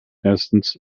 erstens